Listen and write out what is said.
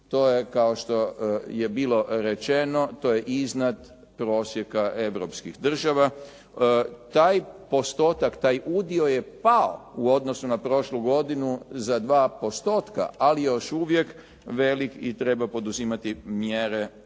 To je kao što je bilo rečeno to je iznad prosjeka europskih država. Taj postotak, taj udio je pao u odnosu na prošlu godinu za dva postotka, ali je još uvijek velik i treba poduzimati mjere da